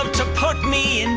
to put me and